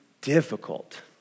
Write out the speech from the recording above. difficult